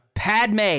Padme